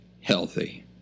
healthy